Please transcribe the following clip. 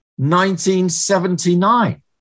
1979